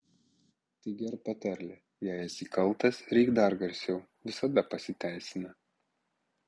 taigi ar patarlė jei esi kaltas rėk dar garsiau visada pasiteisina